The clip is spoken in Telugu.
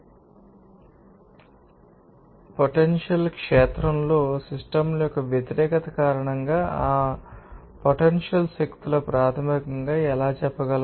అందువల్ల పొటెన్షియల్ క్షేత్రంలో సిస్టమ్ యొక్క వ్యతిరేకత కారణంగా ఆమె పొటెన్షియల్ శక్తులు ప్రాథమికంగా ఎలా చెప్పగలవు